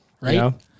right